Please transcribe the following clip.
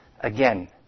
again